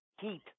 heat